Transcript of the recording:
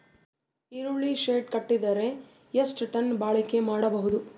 ಈರುಳ್ಳಿ ಶೆಡ್ ಕಟ್ಟಿದರ ಎಷ್ಟು ಟನ್ ಬಾಳಿಕೆ ಮಾಡಬಹುದು?